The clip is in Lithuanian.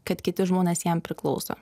kad kiti žmonės jam priklauso